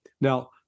Now